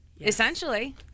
essentially